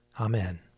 Amen